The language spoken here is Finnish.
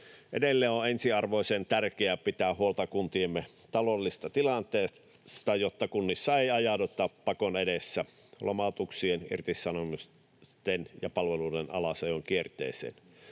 Edelleen on ensiarvoisen tärkeää pitää huolta kuntiemme taloudellisesta tilanteesta, jotta kunnissa ei ajauduta pakon edessä lomautuksien, irtisanomisten ja palveluiden alasajon kierteeseen